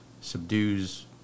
subdues